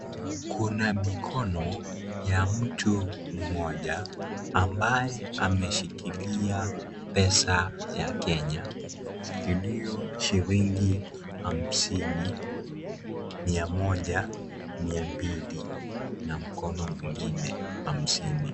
Kuna mikono ya mtu mmoja ambaye ameshikilia pesa ya Kenya iliyo shilingi hamsini, Mia moja, Mia mbili na mkono mwingine hamsini.